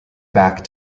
back